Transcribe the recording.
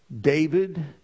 David